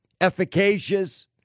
efficacious